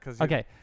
Okay